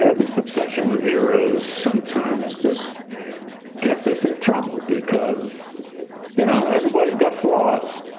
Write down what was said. ah this obsession with heroes sometimes just gets us in trouble because you know everybody's got flaws.